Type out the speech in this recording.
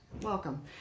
welcome